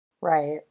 Right